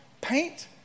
paint